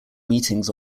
meetings